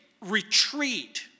retreat